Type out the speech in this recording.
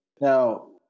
Now